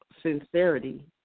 sincerity